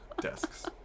desks